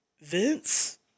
Vince